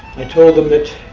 i told them that